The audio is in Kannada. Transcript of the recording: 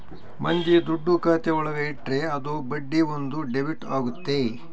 ಮಂದಿ ದುಡ್ಡು ಖಾತೆ ಒಳಗ ಇಟ್ರೆ ಅದು ಬಡ್ಡಿ ಬಂದು ಡೆಬಿಟ್ ಆಗುತ್ತೆ